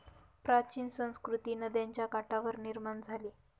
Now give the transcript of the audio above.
प्राचीन संस्कृती नद्यांच्या काठावर निर्माण झाली